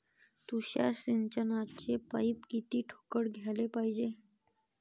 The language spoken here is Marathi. तुषार सिंचनाचे पाइप किती ठोकळ घ्याले पायजे?